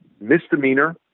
misdemeanor